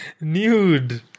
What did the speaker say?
Nude